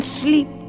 sleep